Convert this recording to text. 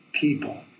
people